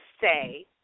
say